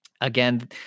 again